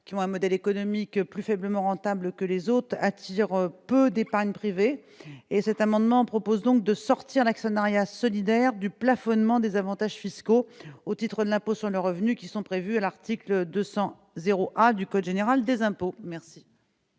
qui ont un modèle économique plus faiblement rentable que les autres attirent peu d'épargne privée et cet amendement propose donc de sortir l'actionnariat solidaire du plafonnement des avantages fiscaux au titre de l'impôt sur le revenu qui sont prévues à l'article 200 0 A du code général des impôts, merci.